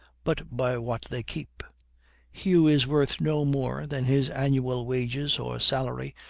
but by what they keep. he who is worth no more than his annual wages or salary,